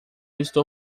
estou